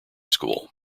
school